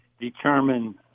determine